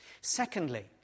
Secondly